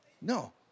No